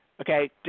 okay